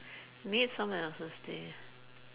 made someone else's day